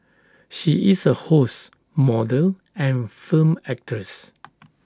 she is A host model and film actress